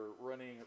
running